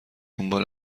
دنبال